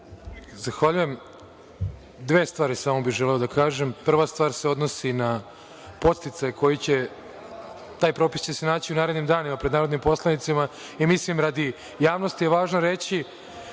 Zahvaljujem. Dve stvari bih samo želeo da kažem. Prva stvar se odnosi na podsticaj koji će, taj propis će se naći u narednim danima pred narodnim poslanicima i mislim da je radi javnosti važno reći